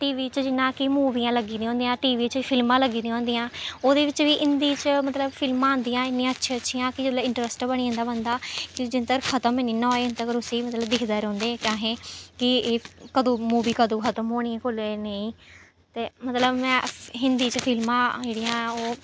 T बी च जि'यां कि मूवियां लग्गी दियां होंदियां टी बी च फिल्मां लग्गी दियां होंदियां ओह्दे बिच्च बी हिंदी च मतलब फिल्मां औंदियां इन्नियां अच्छियां अच्छियां कि जिल्लै इंटरस्ट बनी जंदा बंदा फिर जिन्न तक्कर खत्म निं ना होए इन्ने तक्कर उस्सी मतलब दिखदे रौंह्दे कि अस कि एह् कदूं मूवी कदूं खत्म होनी कोल्लै नेईं ते मतलब में हिंदी च फिल्मां जेह्ड़ियां ऐ ओह्